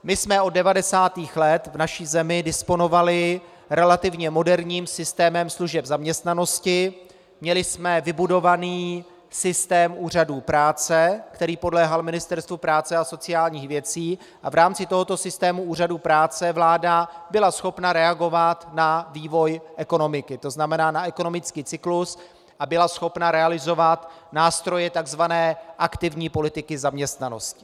My jsme od 90. let v naší zemi disponovali relativně moderním systémem služeb v zaměstnanosti, měli jsme vybudovaný systém úřadů práce, který podléhal Ministerstvu práce a sociálních věcí, a v rámci tohoto systému úřadů práce vláda byla schopná reagovat na vývoj ekonomiky, to znamená na ekonomický cyklus, a byla schopna realizovat nástroje tzv. aktivní politiky zaměstnanosti.